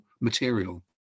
material